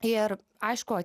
ir aišku